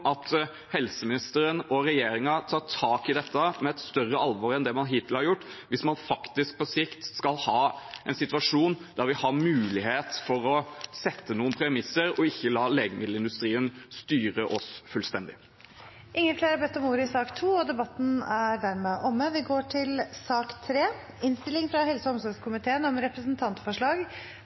at helseministeren og regjeringen tar tak i dette med et større alvor enn det man hittil har gjort, hvis man på sikt skal ha en situasjon der vi har mulighet til å legge noen premisser og ikke la legemiddelindustrien styre oss fullstendig. Flere har ikke bedt om ordet til sak nr. 2. Etter ønske fra helse- og omsorgskomiteen vil presidenten foreslå at taletiden blir begrenset til 3 minutter til hver partigruppe og